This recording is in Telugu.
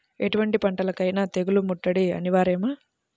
ఎటువంటి పంటలకైన తెగులు ముట్టడి అనివార్యమా?